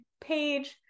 page